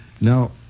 Now